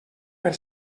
per